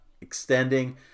extending